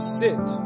sit